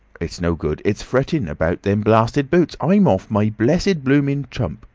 it's no good. it's fretting about them blarsted boots. i'm off my blessed blooming chump.